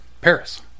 Paris